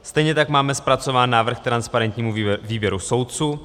Stejně tak máme zpracován návrh k transparentnímu výběru soudců.